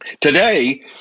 Today